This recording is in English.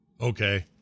Okay